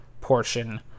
portion